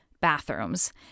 bathrooms